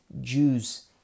Jews